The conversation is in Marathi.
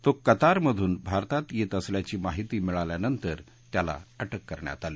तो कतार मधून भारतात येत असल्याची माहिती मिळाल्यानंतर त्याला अटक करण्यात आली